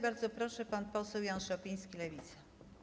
Bardzo proszę, pan poseł Jan Szopiński, Lewica.